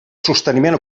sosteniment